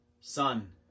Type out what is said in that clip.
Son